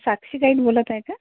साक्षी ताई बोलत आहे का